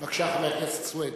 בבקשה, חבר הכנסת סוייד.